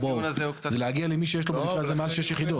הטיעון הזה הוא קצת --- זה להגיע למי שיש לו מעל שש יחידות.